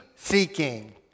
Seeking